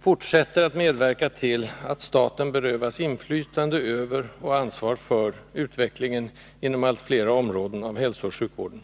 fortsätter att medverka till att staten berövas inflytande över och ansvar för utvecklingen inom allt flera områden av hälsooch sjukvården.